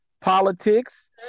politics